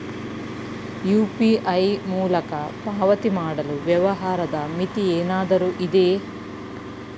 UPI ಮೂಲಕ ಪಾವತಿ ಮಾಡಲು ವ್ಯವಹಾರದ ಮಿತಿ ಏನಾದರೂ ಇದೆಯೇ?